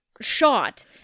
shot